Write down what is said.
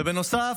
בנוסף,